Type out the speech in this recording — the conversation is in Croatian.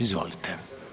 Izvolite.